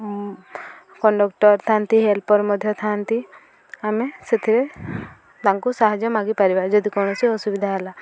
conductor ଥାନ୍ତି helper ମଧ୍ୟ ଥାଆନ୍ତି ଆମେ ସେଥିରେ ତାଙ୍କୁ ସାହାଯ୍ୟ ମାଗିପାରିବା ଯଦି କୌଣସି ଅସୁବିଧା ହେଲା